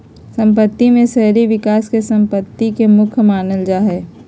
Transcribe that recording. सम्पत्ति में शहरी विकास के सम्पत्ति के मुख्य मानल जा हइ